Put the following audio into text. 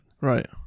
Right